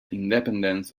independence